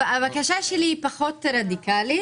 הבקשה שלי היא פחות רדיקלית,